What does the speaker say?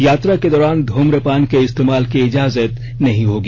यात्रा के दौरान ध्रुम्रपान के इस्तेमाल की इजाजत नहीं होगी